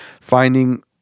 finding